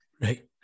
Right